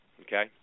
Okay